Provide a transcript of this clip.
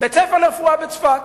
בית-ספר לרפואה בצפת.